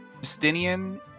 Justinian